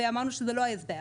ואמרנו שזה לא ההסבר.